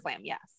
yes